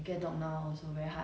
ya hor